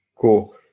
Cool